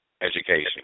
education